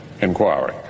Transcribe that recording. inquiry